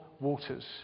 Waters